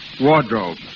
Wardrobe